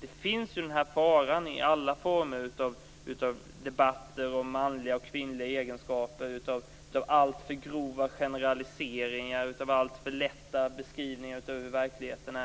Det finns ju i alla former av debatter om manliga och kvinnliga egenskaper en fara i alltför grova generaliseringar, i alltför lätta beskrivningar av hur verkligheten